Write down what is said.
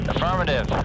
Affirmative